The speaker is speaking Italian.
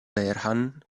vehrehan